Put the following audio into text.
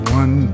one